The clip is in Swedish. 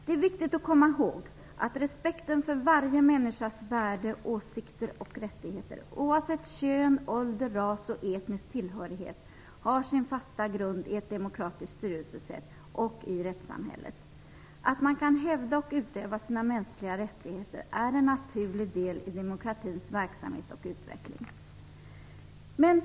Det är viktigt att komma ihåg att respekten för varje människas värde, åsikter och rättigheter - oavsett kön, ålder, ras och etnisk tillhörighet - har sin fasta grund i ett demokratiskt styrelsesätt och i rättssamhället. Att man kan hävda och utöva sina mänskliga rättigheter är en naturlig del i demokratins verksamhet och utveckling.